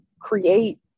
create